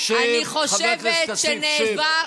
אני מוכרח לומר,